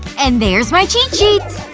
and there's my cheat sheet!